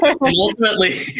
Ultimately